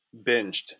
binged